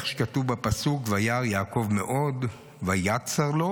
כמו שכתוב בפסוק: "וירא יעקב מאד ויצר לו".